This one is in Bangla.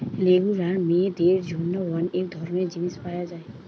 রেগুলার মেয়েদের জন্যে অনেক ধরণের জিনিস পায়া যায়